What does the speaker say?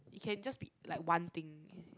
it can just be like one thing